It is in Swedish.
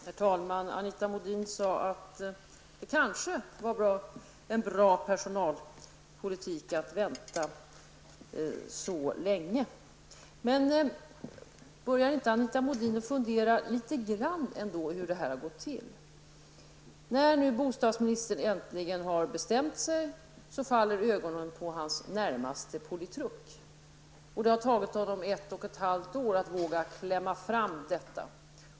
Herr talman! Anita Modin sade att det kanske var en bra personalpolitik att vänta så länge. Men bör inte Anita Modin ändå fundera litet hur det hela har gått till? När bostadsministern äntligen bestämt sig, faller ögonen på hans närmaste politruk. Det har tagit honom ett och ett halvt år att våga klämma fram detta.